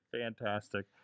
Fantastic